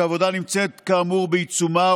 העבודה נמצאת כאמור בעיצומה,